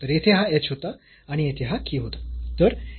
तर येथे हा h होता आणि येथे हा k होता